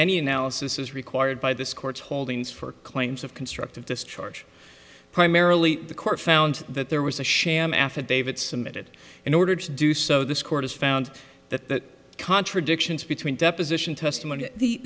any analysis is required by this court's holdings for claims of constructive discharge primarily the court found that there was a sham affidavit submitted in order to do so this court has found that contradictions between deposition testimony